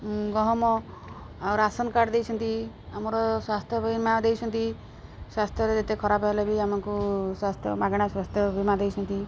ଗହମ ଆଉ ration card ଦେଇଛନ୍ତି ଆମର ସ୍ୱାସ୍ଥ୍ୟ ବୀମା ଦେଇଛନ୍ତି ସ୍ୱାସ୍ଥ୍ୟରେ ଯେତେ ଖରାପ ହେଲେ ବି ଆମକୁ ସ୍ୱାସ୍ଥ୍ୟ ମାଗଣା ସ୍ୱାସ୍ଥ୍ୟ ବୀମା ଦେଇଛନ୍ତି